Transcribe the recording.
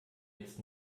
jetzt